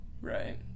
Right